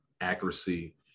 accuracy